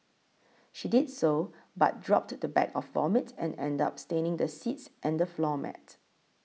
she did so but dropped the bag of vomit and ended up staining the seats and the floor mat